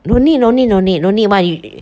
no need no need no need no need [one] you